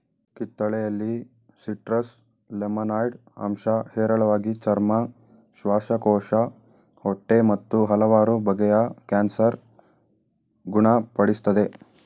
ಕಿತ್ತಳೆಯಲ್ಲಿ citrus limonoid ಅಂಶ ಹೇರಳವಾಗಿದೆ ಚರ್ಮ ಶ್ವಾಸಕೋಶ ಹೊಟ್ಟೆ ಮತ್ತು ಹಲವಾರು ಬಗೆಯ ಕ್ಯಾನ್ಸರ್ ಗುಣ ಪಡಿಸ್ತದೆ